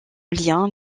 lien